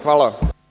Hvala.